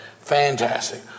Fantastic